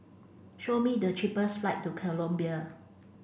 show me the cheapest flight to Colombia